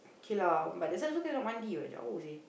okay lah but that also cannot mandi what jauh seh